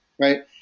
right